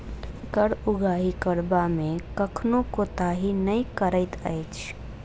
कर उगाही करबा मे कखनो कोताही नै करैत अछि